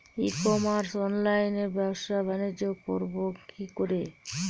ই commerce অনলাইনে ব্যবসা বানিজ্য করব কি করে?